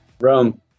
Rome